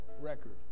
record